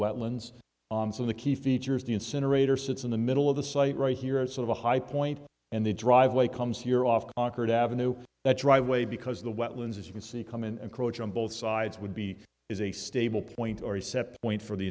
wetlands so the key feature is the incinerator sits in the middle of the site right here at sort of a high point and the driveway comes here off awkward avenue that driveway because the wetlands as you can see come and coach on both sides would be is a stable point or recept point for the